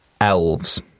elves